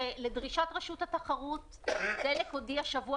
לדרישת רשות התחרות דלק הודיעה בשבוע